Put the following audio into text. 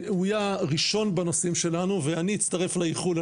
הוא יהיה הראשון בנושאים שלנו ואני אצטרף לאיחול,